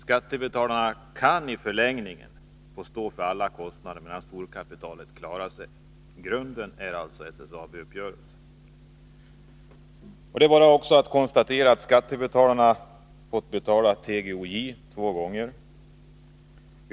Skattebetalarna kan i förlängningen få stå för alla kostnaderna, medan storkapitalet klarar sig. Grunden är alltså SSAB-uppgörelsen. Det är också bara att konstatera att skattebetalarna fått betala TGOJ två gånger.